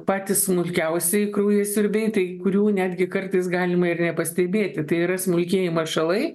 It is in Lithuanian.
patys smulkiausieji kraujasiurbiai tai kurių netgi kartais galima ir nepastebėti tai yra smulkieji mašalai